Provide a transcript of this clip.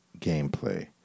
gameplay